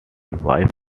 wife